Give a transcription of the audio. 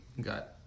got